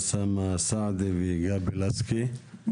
אוסאמה סעדי וגבי לסקי.